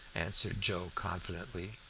answered joe confidently.